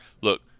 Look